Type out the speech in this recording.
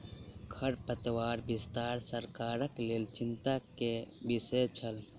खरपातक विस्तार सरकारक लेल चिंता के विषय छल